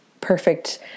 perfect